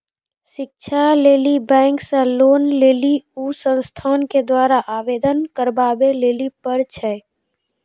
शिक्षा लेली बैंक से लोन लेली उ संस्थान के द्वारा आवेदन करबाबै लेली पर छै?